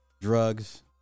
drugs